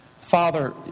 Father